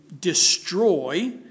destroy